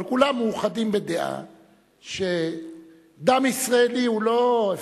אבל כולם מאוחדים בדעה שדם ישראלי הוא לא הפקר.